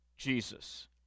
Jesus